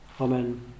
amen